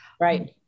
Right